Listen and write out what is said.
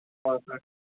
ꯍꯣꯏ ꯍꯣꯏ